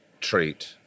treat